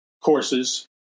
courses